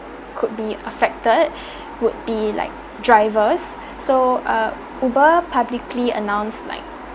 could be affected would be like drivers so uh uber publicly announce like